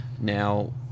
Now